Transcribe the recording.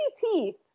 teeth